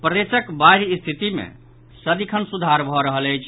प्रदेशक बाढ़िक स्थिति मे सदिखन सुधार भऽ रहल अछि